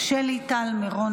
שלי טל מירון,